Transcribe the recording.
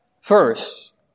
First